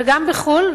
וגם בחו"ל.